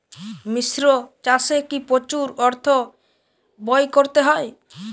মিশ্র চাষে কি প্রচুর অর্থ ব্যয় করতে হয়?